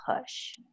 push